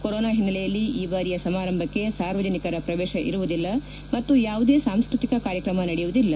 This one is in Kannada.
ಕೊರೊನಾ ಹಿನ್ನೆಲೆಯಲ್ಲಿ ಈ ಬಾರಿಯ ಸಮಾರಂಭಕ್ಕೆ ಸಾರ್ವಜನಿಕರ ಪ್ರವೇಶ ಇರುವುದಿಲ್ಲ ಮತ್ತು ಯಾವುದೇ ಸಾಂಸ್ನತಿಕ ಕಾರ್ಯಕ್ರಮ ನಡೆಯುವುದಿಲ್ಲ